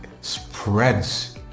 spreads